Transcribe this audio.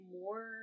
more